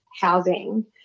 housing